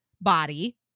body